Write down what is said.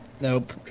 Nope